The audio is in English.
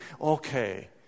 okay